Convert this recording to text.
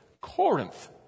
Corinth